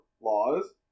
laws